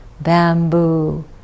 bamboo